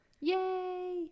Yay